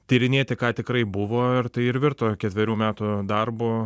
tyrinėti ką tikrai buvo ir tai ir virto ketverių metų darbu